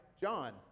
John